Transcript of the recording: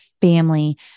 family